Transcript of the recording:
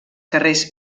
carrers